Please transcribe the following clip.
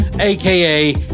AKA